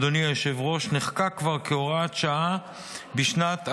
אדוני היושב-ראש, נחקק כהוראת שעה בשנת 2011,